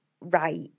right